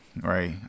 right